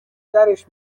درش